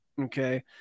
Okay